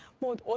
more!